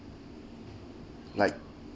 like